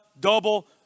double